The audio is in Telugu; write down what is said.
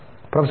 professor B